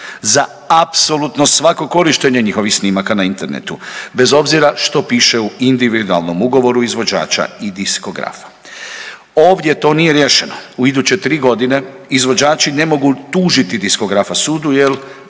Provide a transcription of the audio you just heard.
za apsolutno svako korištenje njihovih snimaka na internetu, bez obzira što piše u individualnom ugovoru izvođača i diskografa. Ovdje to nije riješeno. U iduće 3 godine izvođači ne mogu tužiti diskografa sudu jer,